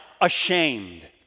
ashamed